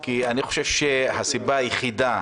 כי אני חושב שהסיבה היחידה